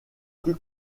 plus